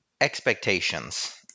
expectations